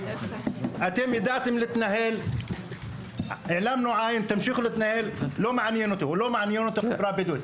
יוסף מכיר אותי ויודע עד כמה אני מגויס לנושא.